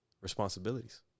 responsibilities